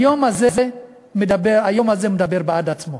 היום הזה מדבר בעד עצמו.